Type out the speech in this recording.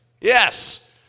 Yes